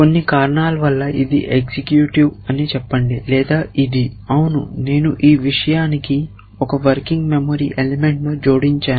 కొన్ని కారణాల వల్ల ఇది ఎగ్జిక్యూటివ్ అని చెప్పండి లేదా ఇది అవును నేను ఈ విషయానికి 1 వర్కింగ్ మెమరీ ఎలిమెంట్ ను జోడించాను